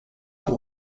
pour